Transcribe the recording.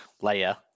layer